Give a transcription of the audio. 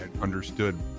understood